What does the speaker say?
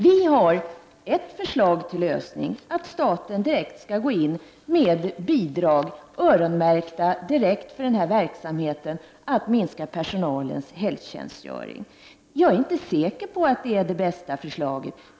Vpk har ett förslag till lösning: att staten direkt går in med bidrag, öronmärkta för verksamheten att minska personalens helgtjänstgöring. Jag är inte säker på att det är det bästa förslaget.